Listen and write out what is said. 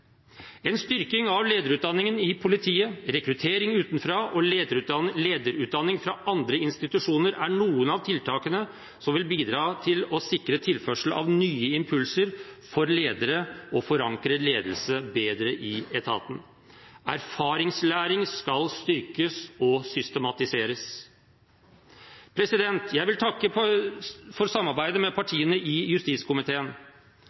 En styrking av lederutdanningen i politiet, rekruttering utenfra og lederutdanning fra andre institusjoner er noen av tiltakene som vil bidra til å sikre tilførsel av nye impulser for ledere og forankre ledelse bedre i etaten. Erfaringslæring skal styrkes og systematiseres. Jeg vil takke for samarbeidet med partiene i justiskomiteen.